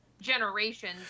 generations